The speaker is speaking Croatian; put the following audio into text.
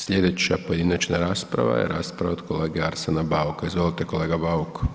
Slijedeća pojedinačna rasprava je rasprava od kolege Arsena Bauka, izvolite kolega Buk.